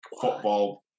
football